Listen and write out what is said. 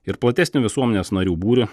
ir platesnį visuomenės narių būrį